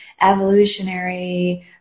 evolutionary